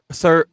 sir